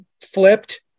flipped